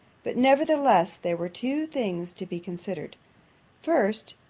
but, nevertheless, there were two things to be considered first,